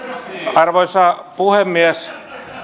arvoisa puhemies